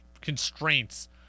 constraints